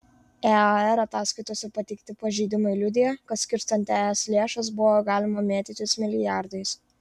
ear ataskaitose pateikti pažeidimai liudija kad skirstant es lėšas buvo galima mėtytis milijardais